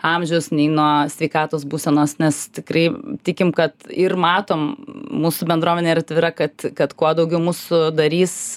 amžiaus nei nuo sveikatos būsenos nes tikrai tikim kad ir matom mūsų bendruomenė yra atvira kad kad kuo daugiau mūsų darys